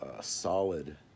solid